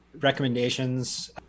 recommendations